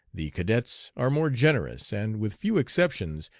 the cadets are more generous, and, with few exceptions,